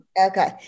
okay